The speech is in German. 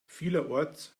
vielerorts